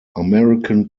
american